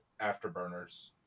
afterburners